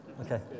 Okay